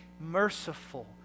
merciful